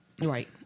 Right